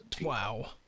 wow